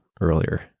earlier